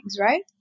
right